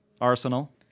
Arsenal